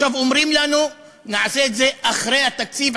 עכשיו אומרים לנו: נעשה את זה אחרי התקציב,